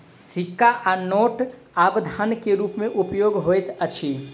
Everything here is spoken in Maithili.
सिक्का आ नोट आब धन के रूप में उपयोग होइत अछि